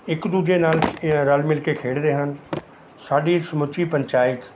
ਇੱਕ ਦੂਜੇ ਨਾਲ ਰਲ ਮਿਲ ਕੇ ਖੇਡਦੇ ਹਨ ਸਾਡੀ ਸਮੁੱਚੀ ਪੰਚਾਇਤ